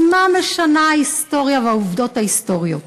אז מה משנות ההיסטוריה והעובדות ההיסטוריות?